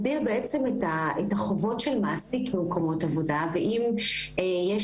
מסדיר בעצם את החובות של מעסיק במקומות עבודה ואם יש